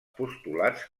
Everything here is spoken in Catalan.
postulats